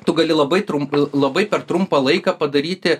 tu gali labai trump labai per trumpą laiką padaryti